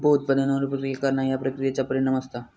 उप उत्पादनांवर प्रक्रिया करणा ह्या प्रक्रियेचा परिणाम असता